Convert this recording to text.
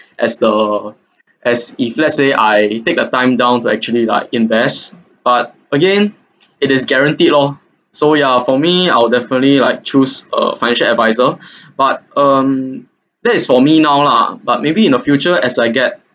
as the as if let's say I take the time down to actually like invest but again it is guaranteed lor so ya for me I will definitely like choose a financial adviser but um that is for me now lah but maybe in the future as I get